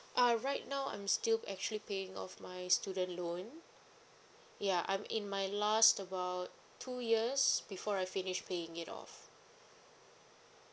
uh right now I'm still actually paying off my student loan ya I'm in my last about two years before I finish paying it off